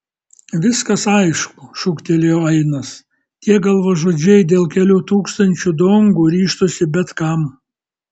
viskas aišku šūktelėjo ainas tie galvažudžiai dėl kelių tūkstančių dongų ryžtųsi bet kam